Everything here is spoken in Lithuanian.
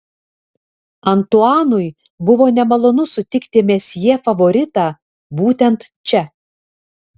antuanui buvo nemalonu sutikti mesjė favoritą būtent čia